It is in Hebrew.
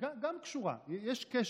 היא קשורה, יש קשר.